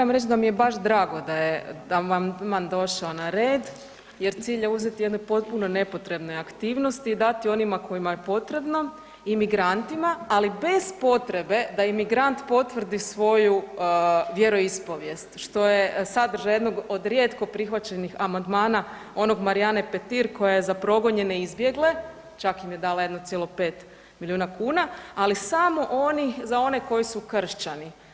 Evo moram reći da mi je baš drago da je amandman došao na red jer cilj je uzeti jednoj potpunoj nepotrebnoj aktivnosti i dati onima kojima je potrebno imigrantima, ali bez potrebe da i migrant potvrdi svoju vjeroispovijest što je sadržaj jednog od rijetko prihvaćenih amandmana onog Marijane Petir koji je za progonjene i izbjegle, čak im je dala 1,5 milijuna kuna, ali samo za one koji su Kršćani.